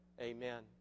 Amen